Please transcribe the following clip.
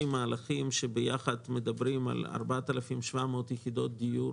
מהלכים שביחד מדברים על 4,700 יחידות דיור